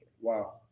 Wow